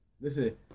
Listen